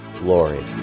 Lori